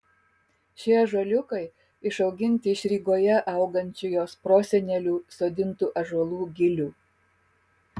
šie ąžuoliukai išauginti iš rygoje augančių jos prosenelių sodintų ąžuolų gilių